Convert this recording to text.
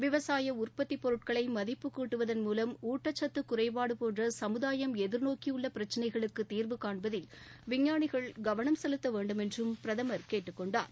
விவசாய உற்பத்தி பொருட்களை மதிப்புகூட்டுவதன் மூவம் ஊட்டச் சத்து குறைபாடு போன்ற சமுதாயம் எதிர்நோக்கியுள்ள பிரச்சினைகளுக்கு தீர்வு காண்பதில் விஞ்ஞானிகள் கவனம் செலுத்த வேண்டும் என்று பிரதமர் கேட்டுக்கொண்டார்